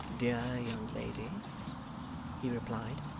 dear young lady he replied,